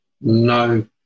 no